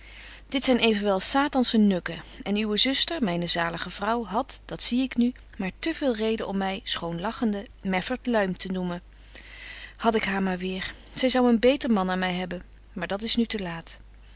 dit zyn evenwel satansche nukken en uwe zuster myne zalige vrouw hadt dat zie ik nu maar te veel reden om my schoon lachende meffert luim te noemen had ik haar maar weer zy zou een beter man aan my hebben maar dat is nu te laat